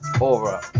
over